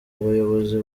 abayobozi